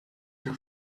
your